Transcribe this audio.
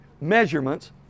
measurements